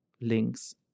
links